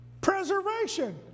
preservation